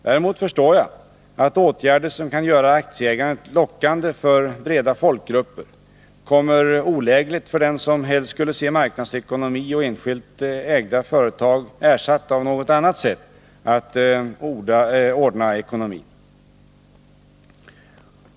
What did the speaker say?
Däremot förstår jag att åtgärder som kan göra aktieägandet lockande för breda folkgrupper kommer olägligt för den som helst skulle se marknadsekonomi och enskilt ägda företag ersatt av något annat sätt att ordna ekonomin.